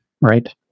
right